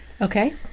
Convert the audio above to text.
Okay